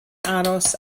aros